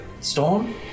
storm